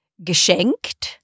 geschenkt